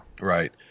right